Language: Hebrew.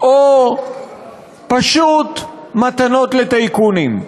או פשוט מתנות לטייקונים.